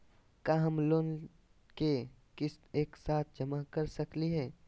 का हम लोन के किस्त एक साथ जमा कर सकली हे?